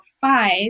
five